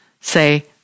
say